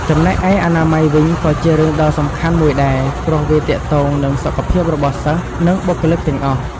ចំណែកឯអនាម័យវិញក៏ជារឿងដ៏សំខាន់មួយដែរ ព្រោះវាទាក់ទងនឹង សុខភាពរបស់សិស្ស និងបុគ្គលិកទាំងអស់។